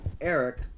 Eric